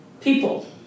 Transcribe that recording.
People